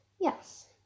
yes